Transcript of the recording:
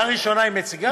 בקריאה ראשונה היא מציגה?